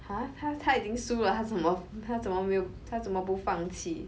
!huh! 他他已经输了他怎么他怎么没有他怎么不放弃